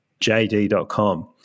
JD.com